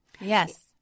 Yes